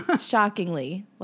shockingly